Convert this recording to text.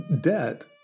Debt